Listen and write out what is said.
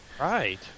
Right